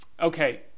okay